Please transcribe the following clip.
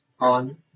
on